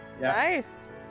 Nice